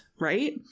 right